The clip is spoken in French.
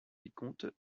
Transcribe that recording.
vicomtes